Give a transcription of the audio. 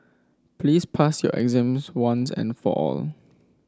please pass your exams once and for all